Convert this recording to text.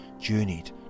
journeyed